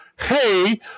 hey